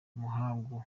muhangu